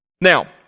Now